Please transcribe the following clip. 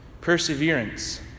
Perseverance